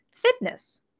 fitness